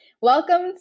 Welcome